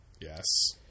Yes